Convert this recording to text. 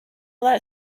that